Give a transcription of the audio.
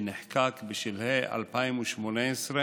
שנחקק בשלהי 2018,